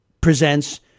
presents